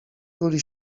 tuli